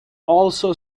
also